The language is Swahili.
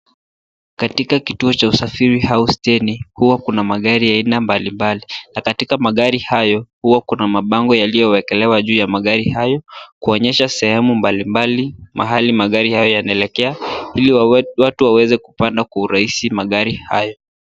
Katika kituo cha usafiri au steni huwa kuna magari ya aina mbalimbali na katika magari hayo huwa kuna mabango yaliwekelewa juu ya magari hayo, kuonyesha sehemu mbalimbali ,mahali magari hayo yanaelekea ili watu waweze kupanda kwa urahisi magari hayo.